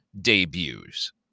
debuts